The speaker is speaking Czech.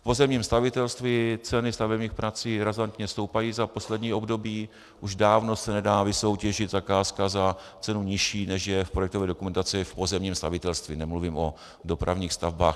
V pozemním stavitelství ceny stavebních prací razantně stoupají za poslední období, už dávno se nedá vysoutěžit zakázka za cenu nižší, než je v projektové dokumentaci v pozemním stavitelství, nemluvím o dopravních stavbách.